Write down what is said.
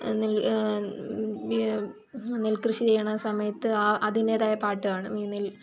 നെ ഈ നെൽ കൃഷി ചെയ്യുന്ന സമയത്ത് അതിൻറേതായ പാട്ട് കാണും ഈ നെൽ